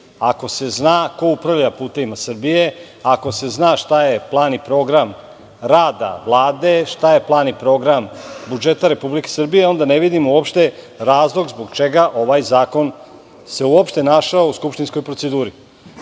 ako se zna ko upravlja "Putevima Srbije", ako se zna šta je plan i program rada Vlade, šta je plan i program budžeta Republike Srbije, a onda ne vidim razlog zbog čega ovaj zakon se uopšte našao u skupštinskoj proceduri. Da